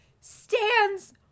stands